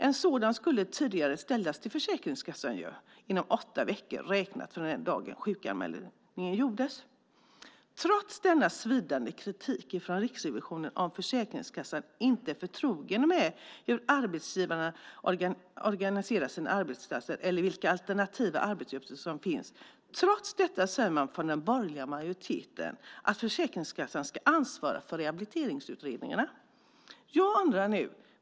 En sådan skulle tidigare ställas till Försäkringskassan inom åtta veckor räknat från dagen då sjukanmälan gjordes. Trots svidande kritik från Riksrevisionen om att Försäkringskassan inte är förtrogen med hur arbetsgivarna organiserar sina arbetsplatser eller vilka alternativa arbetsuppgifter som finns, säger den borgerliga majoriteten att Försäkringskassan ska ansvara för rehabiliteringsutredningarna.